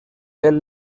del